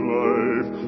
life